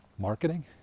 marketing